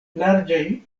larĝaj